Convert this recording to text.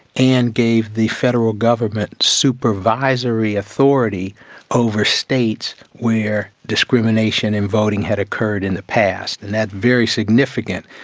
and gave the federal government supervisory authority over states where discrimination in voting had occurred in the past. and that's very significant.